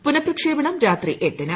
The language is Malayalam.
പുനഃപ്രക്ഷേപ്പണും രാത്രി എട്ടിന്